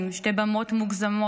שתי במות מוגזמות,